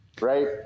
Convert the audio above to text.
right